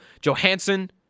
Johansson